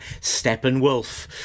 Steppenwolf